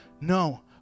No